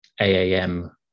AAM